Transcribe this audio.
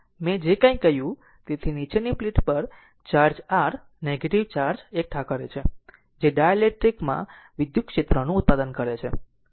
મેં જે કાંઈ કહ્યું તેથી નીચલી પ્લેટ પર ચાર્જ r નેગેટિવ ચાર્જ એકઠા કરે છે જે ડાઇલેક્ટ્રિક માં વિદ્યુત ક્ષેત્રનું ઉત્પાદન કરે છે